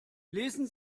lesen